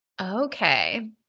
Okay